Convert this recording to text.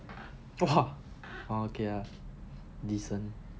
!wah! okay ah decent